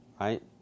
Right